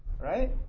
Right